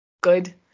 good